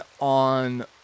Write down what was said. on